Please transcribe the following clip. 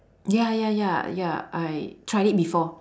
ya ya ya ya I tried it before